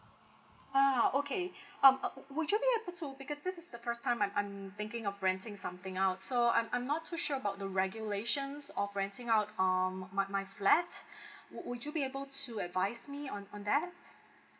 ah okay um would you be able to because this is the first time I'm I'm thinking of renting something out so I'm I'm not too sure about the regulations of renting out um my my flat would would you be able to advise me on on that